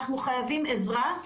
אנחנו חייבים עזרה.